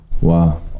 Wow